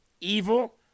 evil